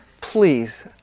please